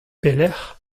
pelecʼh